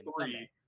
three